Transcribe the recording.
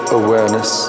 awareness